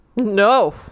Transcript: no